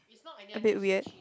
a bit weird